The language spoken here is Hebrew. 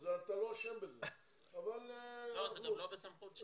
ההכרה היא לא במועצה להשכלה גבוהה --- זה לא קשור לזמן בכנסת,